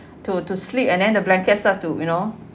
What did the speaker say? to to sleep and then the blanket start to you know